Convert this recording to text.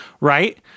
right